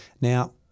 Now